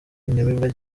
inyamibwa